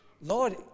Lord